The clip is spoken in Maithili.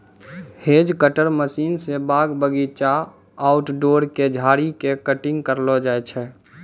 हेज कटर मशीन स बाग बगीचा, आउटडोर के झाड़ी के कटिंग करलो जाय छै